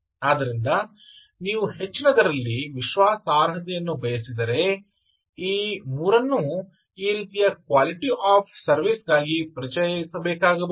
ಆದ್ದರಿಂದ ನೀವು ಹೆಚ್ಚಿನದರಲ್ಲಿ ವಿಶ್ವಾಸಾರ್ಹತೆಯನ್ನು ಬಯಸಿದರೆ ಈ ಮೂರನ್ನು ಈ ರೀತಿಯ ಕ್ವಾಲಿಟಿ ಆಫ್ ಸರ್ವಿಸ್ ಗಾಗಿ ಪರಿಚಯಿಸಬೇಕಾಗಬಹುದು